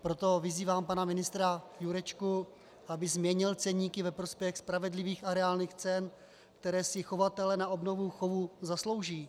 Proto vyzývám pana ministra Jurečku, aby změnil ceníky ve prospěch spravedlivých a reálných cen, které si chovatelé na obnovu chovů zaslouží.